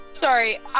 Sorry